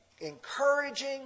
encouraging